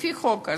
לפי החוק הזה,